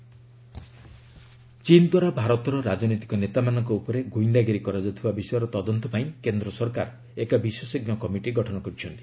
ଚୀନ୍ ସ୍ନପିଙ୍ଗ୍ ଚୀନ ଦ୍ୱାରା ଭାରତର ରାଜନୈତିକ ନେତାମାନଙ୍କ ଉପରେ ଗୁଇନ୍ଦାଗିରି କରାଯାଉଥିବା ବିଷୟର ତଦନ୍ତ ପାଇଁ କେନ୍ଦ୍ର ସରକାର ଏକ ବିଶେଷଜ୍ଞ କମିଟି ଗଠନ କରିଛନ୍ତି